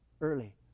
early